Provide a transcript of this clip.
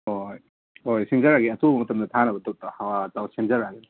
ꯍꯣꯏ ꯍꯣꯏ ꯁꯤꯟꯖꯔꯛꯑꯒꯦ ꯑꯊꯨꯕ ꯃꯇꯝꯗ ꯊꯥꯅꯕ ꯁꯤꯟꯖꯔꯛꯑꯒꯦ